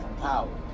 Power